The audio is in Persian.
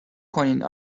کنین